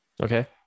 Okay